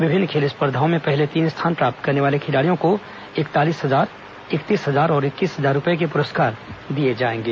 विभिन्न खेल स्पर्धाओं में पहले तीन स्थान प्राप्त करने वाले खिलाड़ियों को इकतालीस हजार इकतीस हजार और इक्कीस हजार रूपए के पुरस्कार दिए जाएंगे